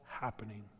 happening